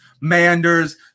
Manders